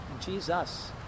Jesus